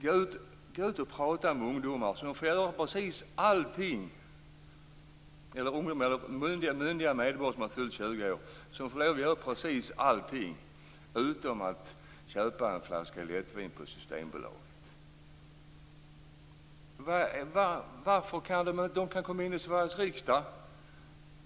Gå ut och fråga myndiga medborgare som har fyllt 18 år som får lov att göra precis allting utom att köpa en flaska lättvin på Systembolaget. De kan komma in i Sveriges riksdag.